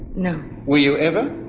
no. were you ever?